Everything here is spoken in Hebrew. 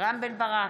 רם בן ברק,